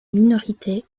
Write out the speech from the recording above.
minorités